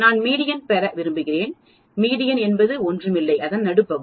நான் மீடியன் பெற விரும்புகிறேன் மீடியன் என்பது ஒன்றுமில்லை அதன் நடுப்பகுதி